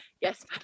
yes